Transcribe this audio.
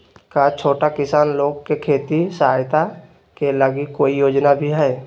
का छोटा किसान लोग के खेती सहायता के लगी कोई योजना भी हई?